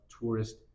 tourist